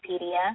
Wikipedia